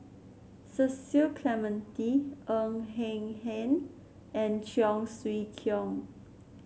Cecil Clementi Ng Eng Hen and Cheong Siew Keong